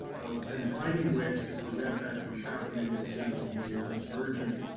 and finding ways to prevent that from happening, it seems to me is an urgent,